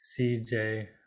cj